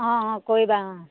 অঁ অঁ কৰিবা অঁ